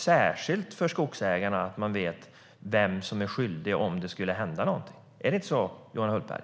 Särskilt för skogsägarna är det viktigt att veta vem som är skyldig om det skulle hända något. Är det inte så, Johan Hultberg?